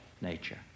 nature